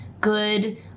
good